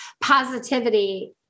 positivity